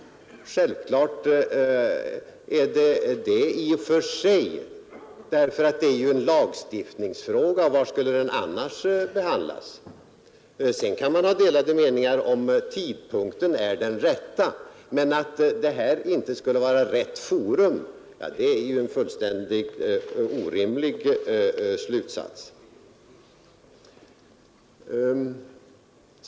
Självfallet är det det, i och för sig. Det är ju en lagstiftningsfråga — var skulle den annars behandlas? Sedan kan man ha delade meningar när det gäller frågan om tidpunkten är den rätta. Men att det här inte skulle vara rätt forum är en fullständigt orimlig slutsats.